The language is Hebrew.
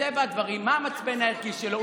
מטבע הדברים, מה המצפן הערכי שלו?